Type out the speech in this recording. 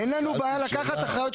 אין לנו בעיה לקחת אחריות,